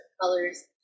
colors